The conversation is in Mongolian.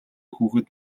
хүүхэд